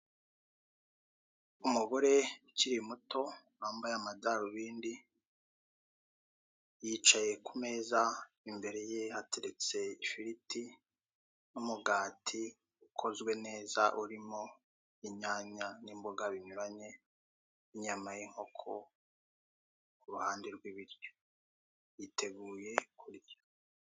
Umugore ukiri muto wambaye amadarobindi yicaye ku meza imbere ye hateretse ifiriti n'umugati ukozwe neza urimo inyanya n'imboga binyuranye n'inyama y'inkoko uruhande rw'ibiryo, yiteguye kurya.